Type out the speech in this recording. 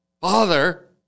father